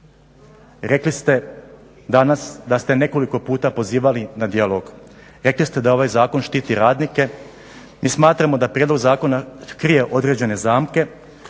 rekli ste danas da ste nekoliko puta pozivali na dijalog. Rekli ste da ovaj zakon štiti radnike. Mi smatramo da prijedlog Zakona krije određene zamke